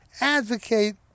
advocate